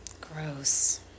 gross